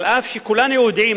על אף שכולנו יודעים,